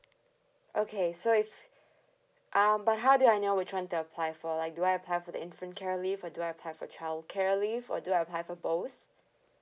okay so if um but how do I know which one to apply for like do I apply for the infant care leave or do I apply for childcare leave or do I apply for both